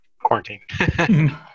quarantine